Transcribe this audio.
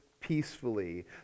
peacefully